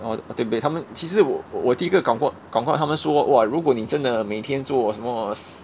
orh orh 对他们其实我我第一个他们说 !wah! 如果你真的每天坐什么